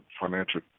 financial